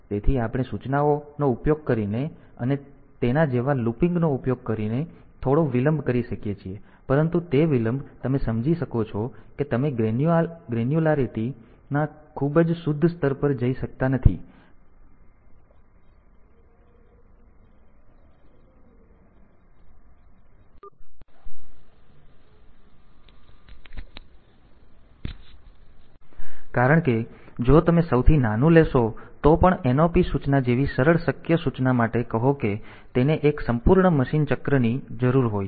તેથી આપણે સૂચનાઓ નો ઉપયોગ કરીને અને તેના જેવા લૂપિંગ નો ઉપયોગ કરીને થોડો વિલંબ કરી શકીએ છીએ પરંતુ તે વિલંબ તમે સમજી શકો છો કે તમે ગ્રેન્યુલારિટી ના ખૂબ જ શુદ્ધ સ્તર પર જઈ શકતા નથી કારણ કે જો તમે સૌથી નાનું લેશો તો પણ NOP સૂચના જેવી સરળ શક્ય સૂચના માટે કહો કે તેને 1 સંપૂર્ણ મશીન ચક્રની જરૂર હોય છે